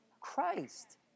Christ